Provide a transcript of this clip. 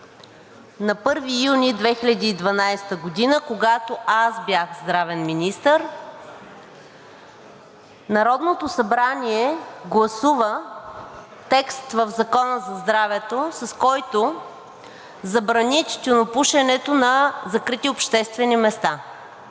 на 1 юни 2012 г., когато аз бях здравен министър, Народното събрание гласува текст в Закона за здравето, с който забрани тютюнопушенето на закрити обществени места.